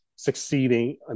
succeeding